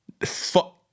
Fuck